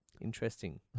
interesting